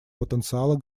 потенциала